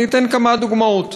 אני אתן כמה דוגמאות.